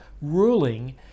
ruling